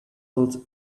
built